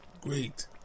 great